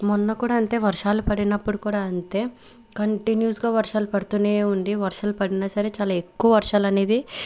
మొన్న కూడా అంతే వర్షాలు పడినప్పుడు కూడా అంతే కంటిన్యూస్గా వర్షాలు పడుతూనే ఉంది వర్షాలు పడినా సరే చాలా ఎక్కువ వర్షాలనేది